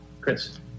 Chris